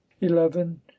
eleven